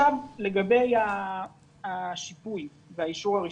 לגבי השיפוי והאישור הראשוני.